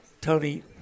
Tony